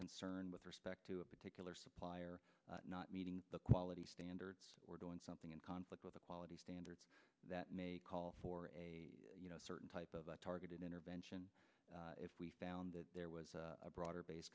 concern with respect to a particular supplier not meeting the quality standards or doing something in conflict with the quality standards that call for a certain type of targeted intervention if we found that there was a broader base